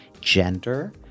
gender